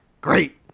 great